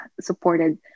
supported